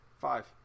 five